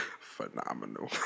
Phenomenal